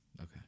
Okay